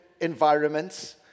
environments